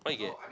what you get